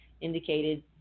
indicated